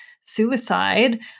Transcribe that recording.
suicide